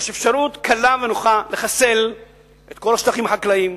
יש אפשרות קלה ונוחה לחסל את כל השטחים החקלאיים,